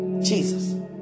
Jesus